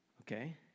okay